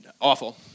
awful